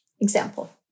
example